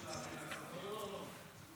לוועדת הכספים.